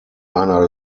einer